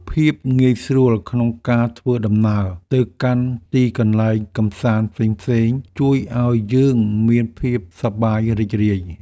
ភាពងាយស្រួលក្នុងការធ្វើដំណើរទៅកាន់ទីកន្លែងកម្សាន្តផ្សេងៗ ជួយឱ្យយើងមានភាពសប្បាយរីករាយ។